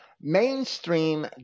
mainstream